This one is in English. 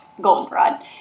goldenrod